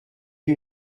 you